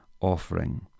offering